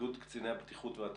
איגוד קציני הבטיחות והתעבורה.